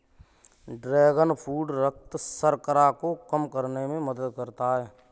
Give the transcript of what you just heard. dragon fruit रक्त शर्करा को कम करने में मदद करता है